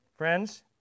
Friends